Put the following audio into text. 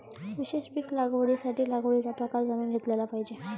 विशेष पीक लागवडीसाठी लागवडीचा प्रकार जाणून घेतला पाहिजे